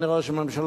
אדוני ראש הממשלה,